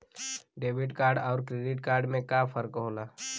Debit card अउर credit card में का फर्क होला?